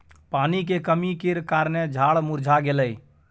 पानी के कमी केर कारणेँ झाड़ मुरझा गेलै